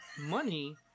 money